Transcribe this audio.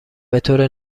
بطور